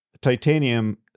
titanium